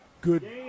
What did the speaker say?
good